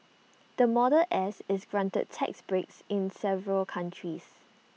the model S is granted tax breaks in several countries